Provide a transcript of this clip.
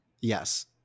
Yes